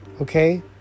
Okay